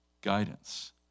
guidance